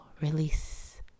release